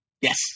Yes